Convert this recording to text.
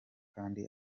kandi